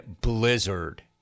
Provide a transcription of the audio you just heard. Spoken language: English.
Blizzard